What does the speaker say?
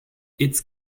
its